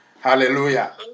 Hallelujah